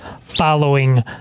following